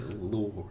Lord